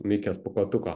mikės pūkuotuko